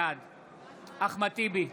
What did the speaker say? בעד אחמד טיבי,